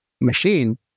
machine